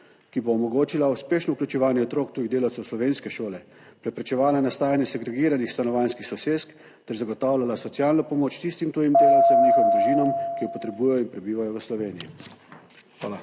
ki bo omogočila uspešno vključevanje otrok tujih delavcev v slovenske šole, preprečevala nastajanje segregiranih stanovanjskih sosesk ter zagotavljala socialno pomoč tistim tujim delavcem in njihovim družinam, ki jo potrebujejo in prebivajo v Sloveniji. Hvala.